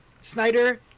Snyder